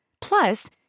Plus